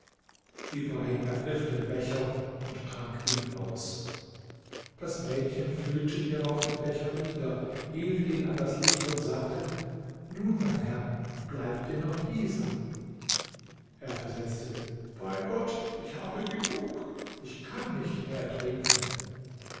ibrahim ergriff den becher und trank ihn aus das mädchen füllte hierauf den becher wieder hielt ihn an das licht und sagte nun mein herr bleibt dir noch dieser er versetzte bei gott ich habe genug ich kann nicht mehr trinken